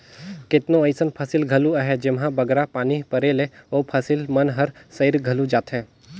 केतनो अइसन फसिल घलो अहें जेम्हां बगरा पानी परे ले ओ फसिल मन हर सइर घलो जाथे